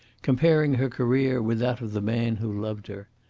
comparing her career with that of the man who loved her.